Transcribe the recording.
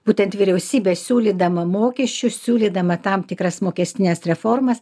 būtent vyriausybė siūlydama mokesčius siūlydama tam tikras mokestines reformas